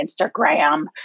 Instagram